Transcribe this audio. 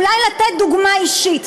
אולי לתת דוגמה אישית?